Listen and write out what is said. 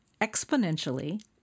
exponentially